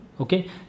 Okay